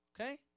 Okay